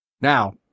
Now